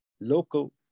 local